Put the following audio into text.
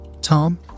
Tom